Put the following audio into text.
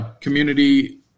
community